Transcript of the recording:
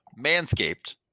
Manscaped